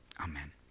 Amen